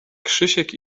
krzysiek